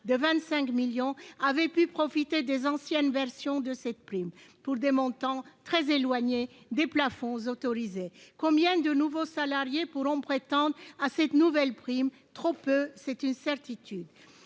de 25 millions, ont bénéficié des anciennes versions de la prime, pour des montants très éloignés des plafonds autorisés. Combien de nouveaux salariés pourront prétendre à cette nouvelle prime ? Trop peu ! C'est une certitude.